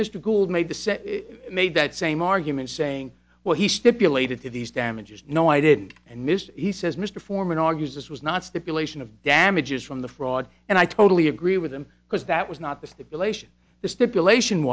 mr gould made the set made that same argument saying well he stipulated to these damages no i didn't and mr he says mr foreman argues this was not stipulation of damages from the fraud and i totally agree with them because that was not the stipulation the stipulation